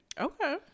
Okay